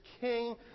King